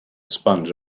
sponge